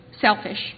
selfish